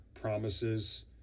promises